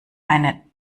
eine